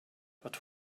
but